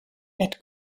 wird